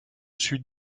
suis